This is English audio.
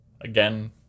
Again